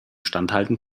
standhalten